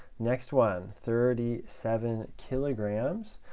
next one, thirty seven kilograms,